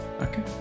okay